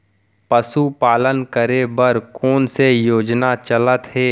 पशुपालन करे बर कोन से योजना चलत हे?